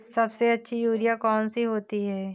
सबसे अच्छी यूरिया कौन सी होती है?